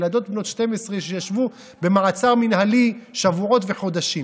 ילדות בנות 12 שישבו במעצר מינהלי שבועות וחודשים?